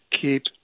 keep